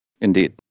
Indeed